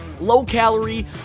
low-calorie